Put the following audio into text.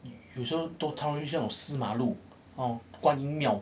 有时候都超那种四马路那种观音庙